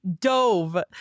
dove